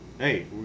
Hey